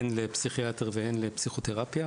הן לפסיכיאטר והן לפסיכותרפיה,